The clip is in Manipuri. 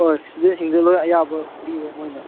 ꯍꯣꯏ ꯏꯁꯇꯨꯗꯦꯟꯁꯤꯡꯗꯨ ꯂꯣꯏꯅ ꯑꯌꯥꯕ ꯄꯤꯔꯦ ꯃꯈꯣꯏꯅ